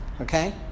Okay